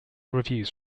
reviews